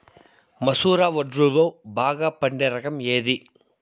మసూర వడ్లులో బాగా పండే రకం ఏది?